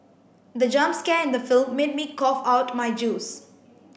the jump scare in the film made me cough out my juice